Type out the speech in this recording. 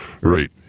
Right